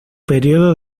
período